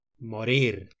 morir